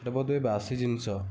ସେଟା ବୋଧ ହୁଏ ବାସି ଜିନିଷ